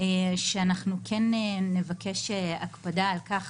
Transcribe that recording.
ואנחנו רק נבקש שתהיה הקפדה על כך